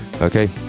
Okay